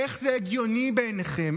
איך זה הגיוני בעיניכם?